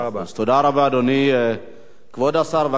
כבוד השר, בבקשה, נא להשיב על ההצעה לסדר-היום.